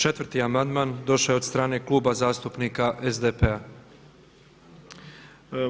Četvrti amandman došao je od strane Kluba zastupnika SDP-a.